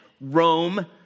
Rome